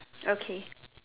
okay